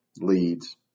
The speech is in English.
leads